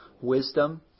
wisdom